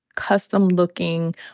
custom-looking